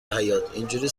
حیاطاینجوری